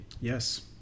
Yes